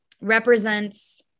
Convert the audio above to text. represents-